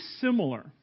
similar